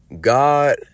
God